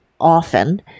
often